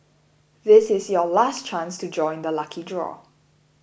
this is your last chance to join the lucky draw